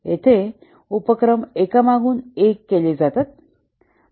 येथे उपक्रम एकामागून एक केले जातात